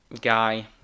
guy